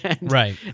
Right